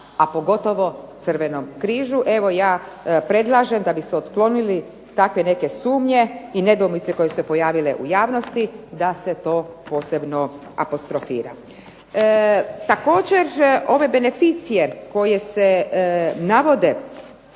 a pogotovo Crvenom križu. Evo ja predlažem da bi se otklonili takve neke sumnje i nedoumice koje su se pojavile u javnosti da se to posebno apostrofira. Također ove beneficije koje se navode